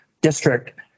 district